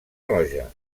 roja